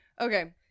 Okay